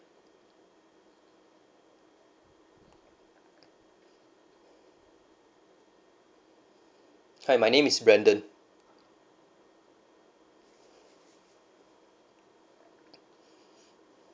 hi my name is brandon